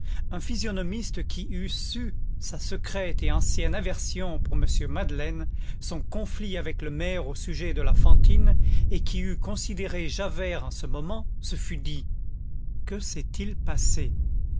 un physionomiste qui eût su sa secrète et ancienne aversion pour m madeleine son conflit avec le maire au sujet de la fantine et qui eût considéré javert en ce moment se fût dit que s'est-il passé